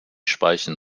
speichen